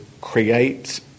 create